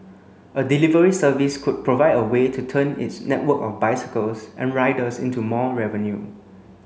a delivery service could provide a way to turn its network of bicycles and riders into more revenue